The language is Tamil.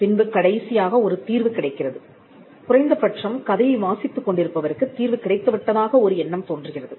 பின்பு கடைசியாக ஒரு தீர்வு கிடைக்கிறது குறைந்தபட்சம் கதையை வாசித்துக் கொண்டிருப்பவருக்குத் தீர்வு கிடைத்து விட்டதாக ஒரு எண்ணம் தோன்றுகிறது